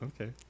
Okay